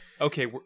okay